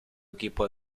equipo